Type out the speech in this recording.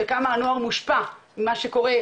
כמה שהנוער מושפע ממה שקורה,